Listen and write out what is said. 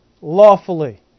lawfully